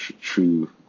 true